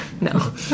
No